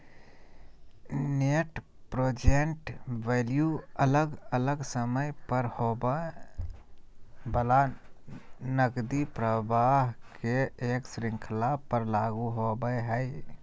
net present value अलग अलग समय पर होवय वला नकदी प्रवाह के एक श्रृंखला पर लागू होवय हई